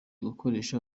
gukoresha